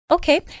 Okay